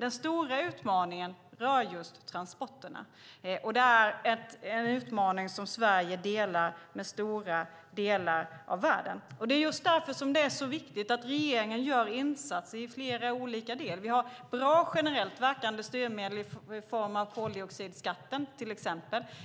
Den stora utmaningen rör just transporterna. Det är en utmaning som Sverige delar med stora delar av världen. Det är just därför det är så viktigt att regeringen gör insatser i flera olika led. Vi har bra generellt verkande styrmedel i form av till exempel koldioxidskatten.